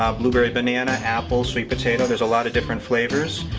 um blueberry banana, apple, sweet potato. there's a lot of different flavors.